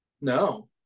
no